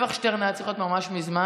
שבח שטרן היה צריך להיות ממש מזמן,